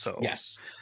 Yes